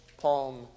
Palm